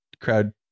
Crowd